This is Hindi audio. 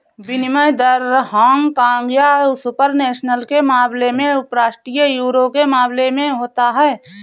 विनिमय दर हांगकांग या सुपर नेशनल के मामले में उपराष्ट्रीय यूरो के मामले में होता है